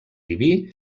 diví